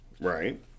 Right